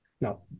No